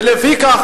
ולפיכך,